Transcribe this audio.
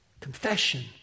confession